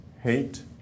hate